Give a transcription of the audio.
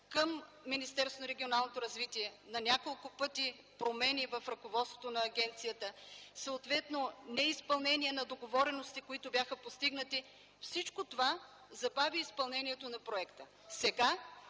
развитие; на няколко пъти промени в ръководството на агенцията; съответно неизпълнение на договорености, които бяха постигнати. Всичко това забави изпълнението на проекта.